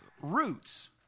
roots